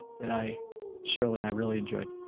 that i cheryl and i really enjoyed.